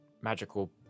magical